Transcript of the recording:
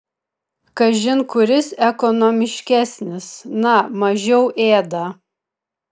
kažin kuris ekonomiškesnis na mažiau ėda